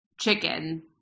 chicken